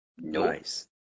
Nice